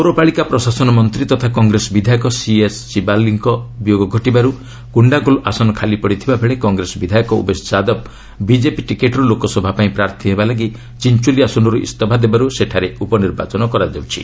ପୌରପାଳିକା ପ୍ରଶାସନ ମନ୍ତ୍ରୀ ତଥା କଂଗ୍ରେସ ବିଧାୟକ ସିଏସ୍ ଶିବାଲୀଙ୍କ ବିୟୋଗ ଘଟିବାରୁ କୁଶ୍ାଗୋଲ୍ ଆସନ ଖାଲି ପଡ଼ିଥିଲାବେଳେ କଂଗ୍ରେସ ବିଧାୟକ ଉମେଶ ଯାଦବ ବିଜେପି ଟିକେଟ୍ରୁ ଲୋକସଭା ପାଇଁ ପ୍ରାର୍ଥୀ ହେବା ଲାଗି ଚିଞ୍ଚୋଲି ଆସନରୁ ଇଞ୍ଜଫା ଦେବାରୁ ସେଠାରେ ଉପନିର୍ବାଚନ କରାଯାଉଛି